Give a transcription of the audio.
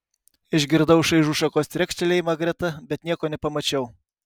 išgirdau šaižų šakos trekštelėjimą greta bet nieko nepamačiau